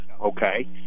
okay